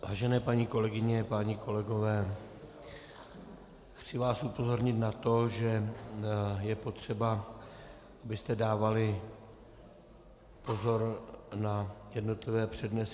Vážené paní kolegyně, vážení páni kolegové, chci vás upozornit na to, že je potřeba, abyste dávali pozor na jednotlivé přednesy.